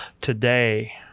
today